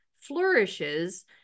flourishes